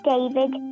David